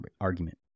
argument